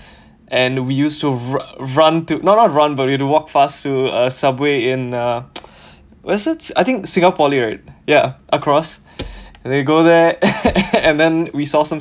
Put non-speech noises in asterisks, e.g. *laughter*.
and we used to ru~ run not not run but we have to walk fast to a subway in uh was it I think singa poly right ya across and they go there *laughs* and then we saw some